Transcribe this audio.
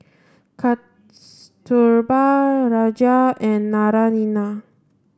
Kasturba Raja and Naraina